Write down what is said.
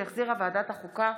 שהחזירה ועדת החוקה,